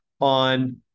on